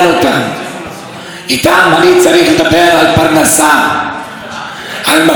אני צריך לספר להם מעשיות, להגיד להם: